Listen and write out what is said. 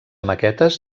maquetes